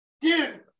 Dude